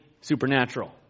Supernatural